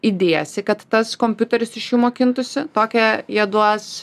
įdėsi kad tas kompiuteris iš jų mokintųsi tokią jie duos